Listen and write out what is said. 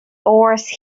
oars